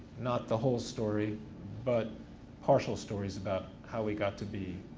not the whole story but partial stories about how we got to be